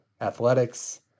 athletics